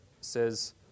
says